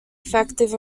effective